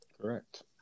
Correct